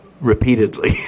repeatedly